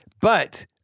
But-